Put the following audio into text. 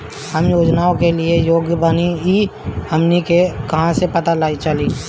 हम योजनाओ के लिए योग्य बानी ई हमके कहाँसे पता चली?